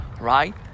right